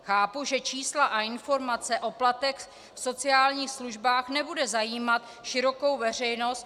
Chápu, že čísla a informace o platech v sociálních službách nebudou zajímat širokou veřejnost.